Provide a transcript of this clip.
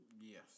Yes